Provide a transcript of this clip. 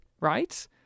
right